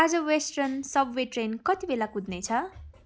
आज western subway train कतिबेला कुद्नेछ